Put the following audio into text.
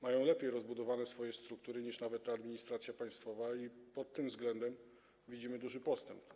Mają lepiej rozbudowane struktury niż administracja państwowa i pod tym względem widzimy duży postęp.